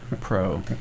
pro